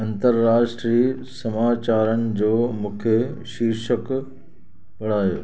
अंतरराष्ट्रीय सामाचारनि जो मूंखे शीर्षक पढ़ायो